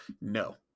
no